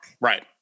Right